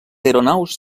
aeronaus